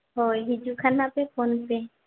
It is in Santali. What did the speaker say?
ᱦᱳᱭ ᱦᱤᱡᱩᱜ ᱠᱷᱟᱱ ᱦᱟᱸᱜ ᱯᱮ ᱯᱷᱳᱱ ᱯᱮ